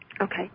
Okay